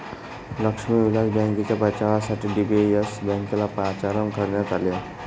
लक्ष्मी विलास बँकेच्या बचावासाठी डी.बी.एस बँकेला पाचारण करण्यात आले आहे